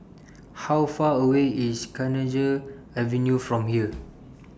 How Far away IS Kenanga Avenue from here